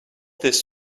this